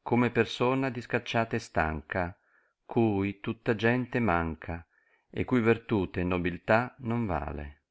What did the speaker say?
come persona discacciata e stanca cui tutta gente manca e cui vertute e nobiltà non vale